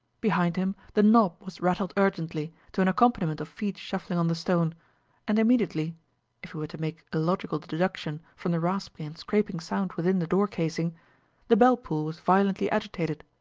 behind him the knob was rattled urgently, to an accompaniment of feet shuffling on the stone and immediately if he were to make a logical deduction from the rasping and scraping sound within the door-casing the bell-pull was violently agitated,